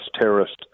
terrorist